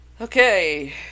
Okay